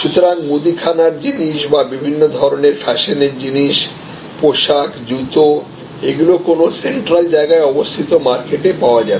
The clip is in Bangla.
সুতরাংমুদি খানার জিনিস বা বিভিন্ন ধরণের ফ্যাশনের জিনিস পোশাক জুতাএগুলি কোন সেন্ট্রাল জায়গায় অবস্থিত মার্কেটে পাওয়া যাবে